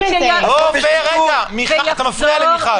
עופר, אתה מפריע למיכל.